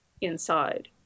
inside